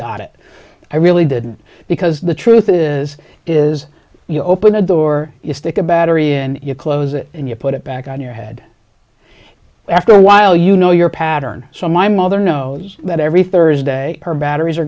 got it i really didn't because the truth is is you open a door you stick a battery in you close it and you put it back on your head after a while you know your pattern so my mother knows that every thursday her batteries are